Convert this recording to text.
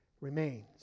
remains